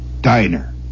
Diner